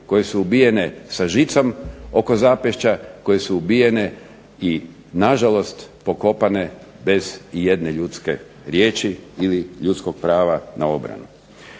koje su ubijene sa žicom oko zapešća koje su ubijene i nažalost pokopane bez ijedne ljudske riječi ili ljudskog prava na obranu.